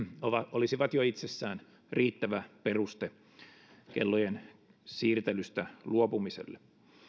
olisivat jo itsessään riittävä peruste kellojen siirtelystä luopumiselle